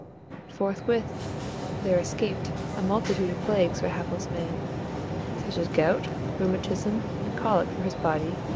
forthwith there escaped a multitude of plagues for hapless man such as gout, rheumatism, and colic for his body,